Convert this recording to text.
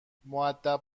مودب